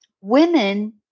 women